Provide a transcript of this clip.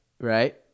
Right